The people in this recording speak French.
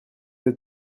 êtes